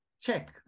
check